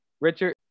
Richard